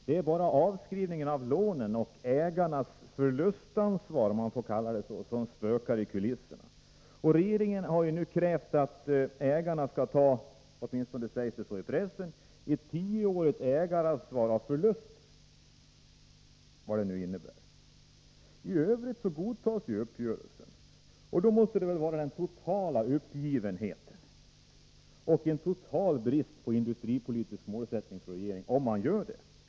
Det är bara avskrivningen av lånen och ägarnas förlustansvar, om man får kalla det så, som spökar i kulisserna. Regeringen har nu enligt vad som sägs i pressen krävt att ägarna skall ta ett tioårigt ägaransvar för förluster — vad det nu innebär. I övrigt godtar regeringen uppgörelsen. Om man gör det visar det på en total uppgivenhet och en total brist på industripolitisk målsättning.